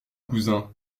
cousin